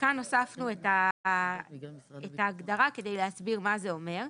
וכאן הוספנו את ההגדרה כדי להסביר מה זה אומר.